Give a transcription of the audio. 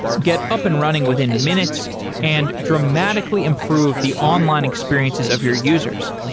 get up and running within minutes and dramatically improve the online experiences of your users.